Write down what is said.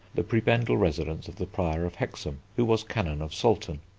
the prebendal residence of the prior of hexham, who was canon of salton.